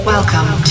Welcome